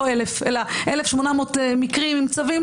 לא 1,000 1,800 מקרים עם צווים,